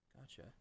Gotcha